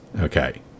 Okay